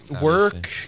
work